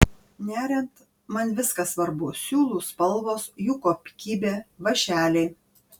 neriant man viskas svarbu siūlų spalvos jų kokybė vąšeliai